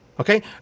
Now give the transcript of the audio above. Okay